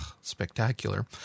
spectacular